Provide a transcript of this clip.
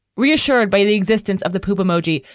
reassured by the existence of the poop emoji,